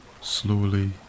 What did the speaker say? Slowly